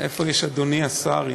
איפה יש פה "אדוני השר"?